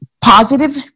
positive